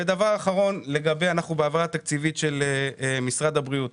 אנחנו בהעברה תקציבית של משרד הבריאות.